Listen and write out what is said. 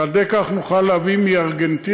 ועל-ידי כך נוכל להביא מארגנטינה,